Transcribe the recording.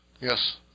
Yes